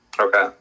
Okay